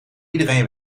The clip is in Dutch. iedereen